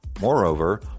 Moreover